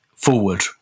forward